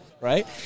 right